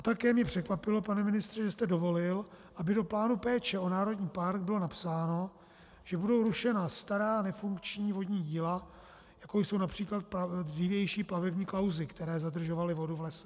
Také mě překvapilo, pane ministře, že jste dovolil, aby do plánu péče o národní park bylo napsáno, že budou rušena stará nefunkční vodní díla, jako jsou například dřívější plavební klauzy, které zadržovaly vodu v lese.